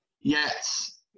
Yes